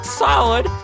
solid